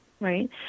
right